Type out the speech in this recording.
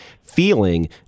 feeling